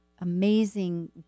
amazing